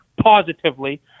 positively